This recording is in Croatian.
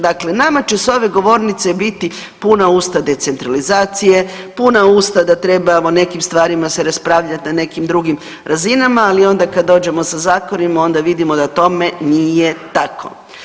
Dakle nama će s ove govornice biti puna usta decentralizacije, puna usta da trebamo o nekim stvarima se raspravljati na nekim drugim razinama, ali onda kad dođemo sa zakonima, onda vidimo da tome nije tako.